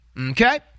Okay